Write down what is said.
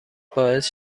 باعث